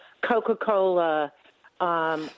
Coca-Cola